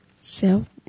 self